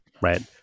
right